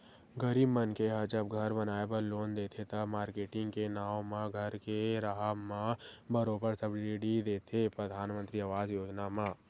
गरीब मनखे ह जब घर बनाए बर लोन देथे त, मारकेटिंग के नांव म घर के राहब म बरोबर सब्सिडी देथे परधानमंतरी आवास योजना म